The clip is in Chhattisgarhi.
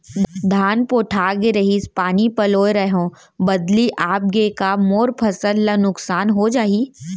धान पोठागे रहीस, पानी पलोय रहेंव, बदली आप गे हे, का मोर फसल ल नुकसान हो जाही?